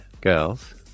girls